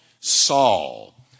Saul